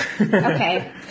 okay